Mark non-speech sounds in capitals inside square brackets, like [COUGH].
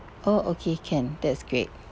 oh okay can that's great [BREATH]